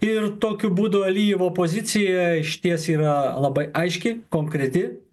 ir tokiu būdu alijevo poziciją išties yra labai aiški konkreti